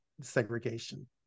segregation